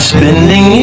Spending